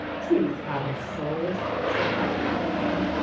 trees haven't souls, said practical diana,